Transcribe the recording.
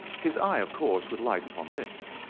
his eye, of course, would light upon this.